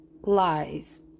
lies